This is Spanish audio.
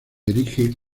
erige